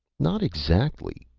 not exactly,